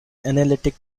analytic